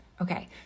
Okay